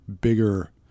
bigger